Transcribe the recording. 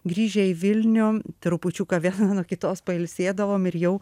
grįžę į vilnių trupučiuką viena nuo kitos pailsėdavom ir jau